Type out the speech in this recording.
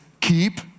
Keep